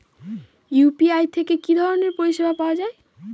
UPI থেকে কি ধরণের পরিষেবা পাওয়া য়ায়?